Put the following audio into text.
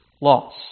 loss